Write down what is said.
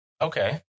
Okay